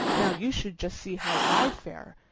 now, you should just see how i fare!